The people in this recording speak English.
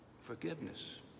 forgiveness